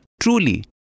truly